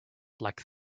like